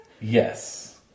Yes